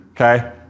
Okay